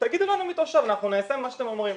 תגידו לנו מי תושב ואנחנו נעשה מה שאתם אומרים.